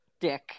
Dick